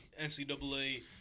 NCAA